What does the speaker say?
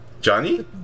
Johnny